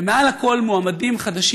ומעל הכול מועמדים חדשים,